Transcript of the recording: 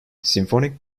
symphonic